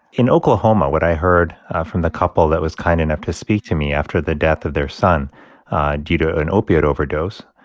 in oklahoma, what i heard from the couple that was kind enough to speak to me after the death of their son due to an opiate overdose,